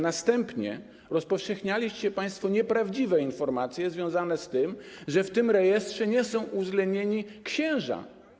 Następnie rozpowszechnialiście państwo nieprawdziwe informacje związane z tym, że w tym rejestrze nie są uwzględnieni księża.